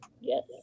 yes